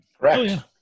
right